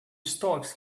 storks